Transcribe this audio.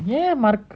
ஏன்மறக்க:yen marakka